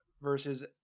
Versus